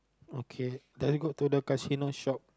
okay then we go to the Casino shop